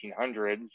1800s